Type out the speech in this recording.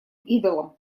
идолам